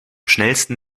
schnellsten